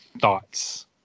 thoughts